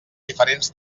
diferents